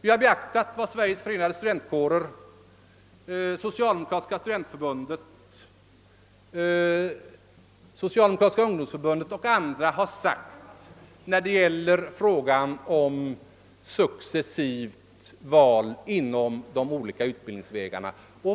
Vi har beaktat vad Sveriges förenade studentkårer, Socialdemokratiska studentförbundet, Socialdemokratiska ungdomsförbundet och andra har sagt när det gäller frågan om successivt val inom de olika utbildningsvägarna.